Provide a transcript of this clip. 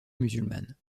musulmane